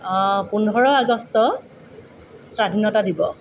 পোন্ধৰ আগষ্ট স্বাধীনতা দিৱস